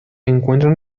encuentran